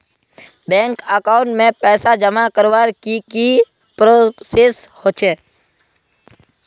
Bank account में पैसा जमा करवार की की प्रोसेस होचे?